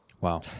Wow